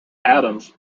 atoms